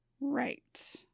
Right